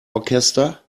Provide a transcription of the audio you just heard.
orchester